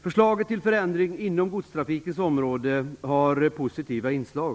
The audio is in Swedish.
Förslaget till förändring inom godstrafikens område har positiva inslag.